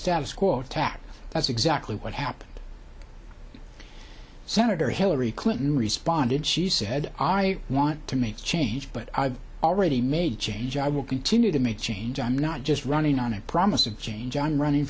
status quo attack that's exactly what happened senator hillary clinton responded she said i want to make change but i've already made change i will continue to make change i'm not just running on a promise of change on running